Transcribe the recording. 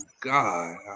God